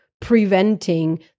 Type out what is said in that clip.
preventing